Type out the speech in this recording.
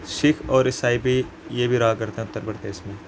سکھ اور عیسائی بھی یہ بھی رہا کرتے ہیں اتّر پردیش میں